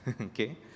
okay